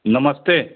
नमस्ते